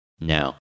Now